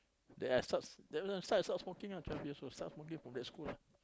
then I start then I start smoking cannot from that school